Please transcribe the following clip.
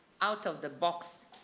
out-of-the-box